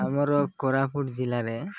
ଆମର କୋରାପୁଟ ଜିଲ୍ଲାରେ